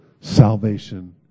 salvation